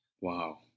Wow